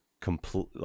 complete